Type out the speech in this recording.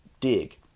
dig